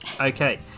Okay